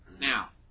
Now